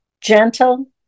gentle